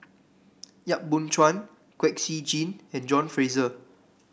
Yap Boon Chuan Kwek Siew Jin and John Fraser